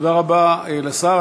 תודה רבה לשר.